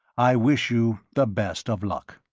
i wish you the best of luck.